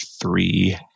three